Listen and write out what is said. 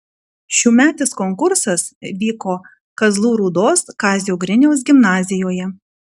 šiųmetis konkursas vyko kazlų rūdos kazio griniaus gimnazijoje